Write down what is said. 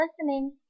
listening